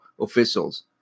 officials